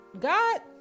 god